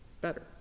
better